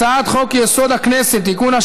הצעת חוק-יסוד: הכנסת (תיקון,